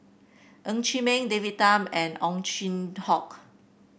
Ng Chee Meng David Tham and Ow Chin Hock